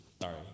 Sorry